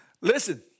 Listen